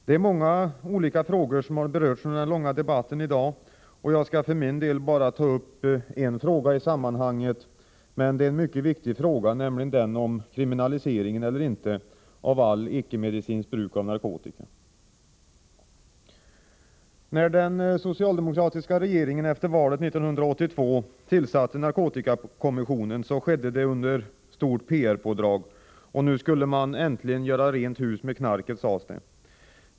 Det är många olika frågor som berörts under den långa debatten i dag, och jag skall för min del bara ta upp en fråga i sammanhanget, men det är en mycket viktig fråga, nämligen om kriminalisering eller inte av allt ickemedicinskt bruk av narkotika. När den socialdemokratiska regeringen efter valet 1982 tillsatte narkotikakommissionen skedde det under ett stort PR-pådrag. Nu skulle man äntligen göra rent hus med knarket, sades det.